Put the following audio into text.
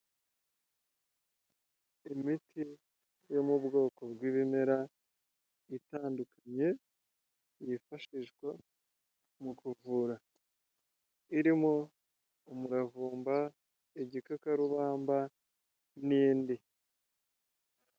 Imiti yo mu bwoko bw'ibimera, itandukanye, yifashishwa mu kuvura, irimo umuravumba, igikakarubamba n'indi.